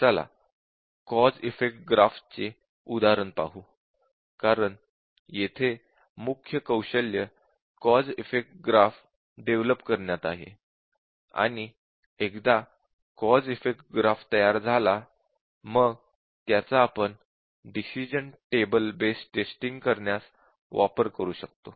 चला cause effect graph चे उदाहरण पाहू कारण येथे मुख्य कौशल्य कॉझ इफेक्ट ग्राफ डेव्हलप करण्यात आहे आणि एकदा कॉझ इफेक्ट ग्राफ तयार झाला मग त्याचा आपण डिसिश़न टेबल बेस्ड टेस्टिंग करण्यास वापर करू शकतो